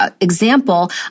example